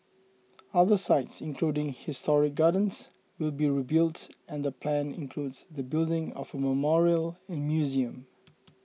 other sites including historic gardens will be rebuilt and the plan includes the building of a memorial and museum